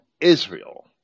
Israel